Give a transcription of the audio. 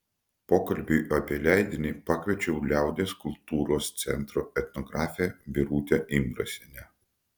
pokalbiui apie leidinį pakviečiau liaudies kultūros centro etnografę birutę imbrasienę